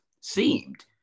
seemed